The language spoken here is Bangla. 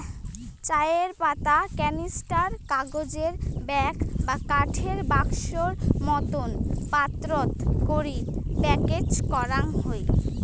চায়ের পাতা ক্যানিস্টার, কাগজের ব্যাগ বা কাঠের বাক্সোর মতন পাত্রত করি প্যাকেজ করাং হই